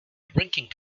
drinking